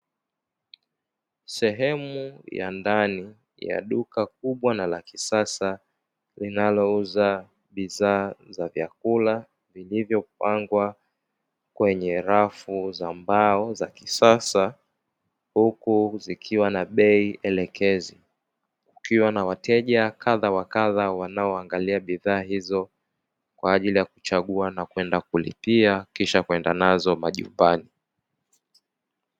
Sehemu ya ndani ya duka kubwa na la kisasa linalouza bidhaa za vyakula vilivyopangwa kwenye rafu za mbao za kisasa, huku zikiwa na bei elekezi kukiwa na wateja kadha wa kadha, wanaoangalia bidhaa hizo kwa ajili ya kuchagua na kwenda kulipia kwisha kwenda nazo majumbani.